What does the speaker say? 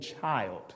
child